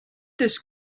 this